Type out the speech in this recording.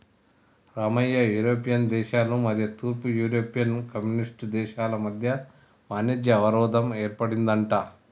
Ramayya European దేశాల మరియు తూర్పు యూరోపియన్ కమ్యూనిస్ట్ దేశాల మధ్య వాణిజ్య అవరోధం ఏర్పడిందంట